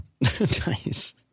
nice